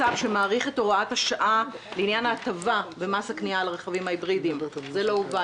שמאריך את הוראת השעה בנוגע להטבה במס הקנייה לא שווי שימוש לא הובא